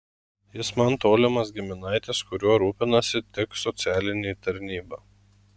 jis man tolimas giminaitis kuriuo rūpinasi tik socialinė tarnyba